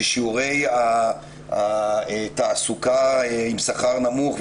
ששיעורי התעסוקה בשכר נמוך,